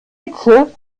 hitze